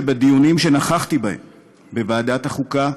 שבדיונים שנכחתי בהם בוועדת החוקה,